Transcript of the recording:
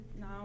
now